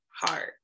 heart